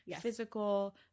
physical